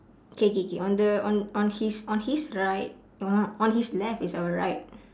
K K K on the on on his on his right ugh on his left is our right